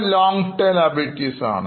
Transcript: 4 c is other long term liabilities ആണ്